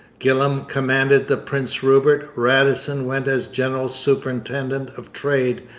gillam commanded the prince rupert, radisson went as general superintendent of trade,